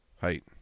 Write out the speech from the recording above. Height